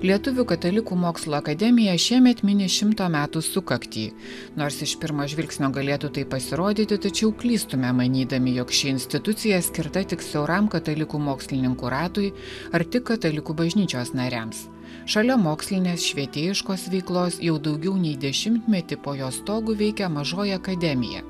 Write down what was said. lietuvių katalikų mokslo akademija šiemet mini šimto metų sukaktį nors iš pirmo žvilgsnio galėtų taip pasirodyti tačiau klystumėm manydami jog ši institucija skirta tik siauram katalikų mokslininkų ratui ar tik katalikų bažnyčios nariams šalia mokslinės švietėjiškos veiklos jau daugiau nei dešimtmetį po jos stogu veikia mažoji akademija